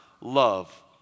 Love